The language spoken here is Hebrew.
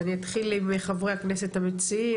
אז אני אתחיל עם חברי הכנסת המציעים,